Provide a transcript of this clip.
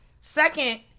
Second